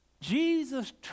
Jesus